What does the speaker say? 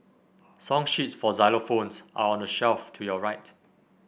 song sheets for xylophones are on the shelf to your right